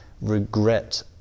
regret